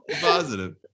Positive